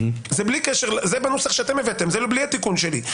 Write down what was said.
זה בנוסח שאתם הבאתם, זה בלי התיקון שלי.